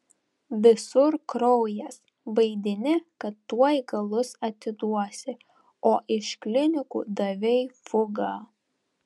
visur kraujas vaidini kad tuoj galus atiduosi o iš klinikų davei fugą